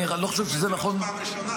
אני לא חושב שזה נכון --- אבל זו לא פעם ראשונה,